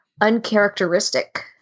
uncharacteristic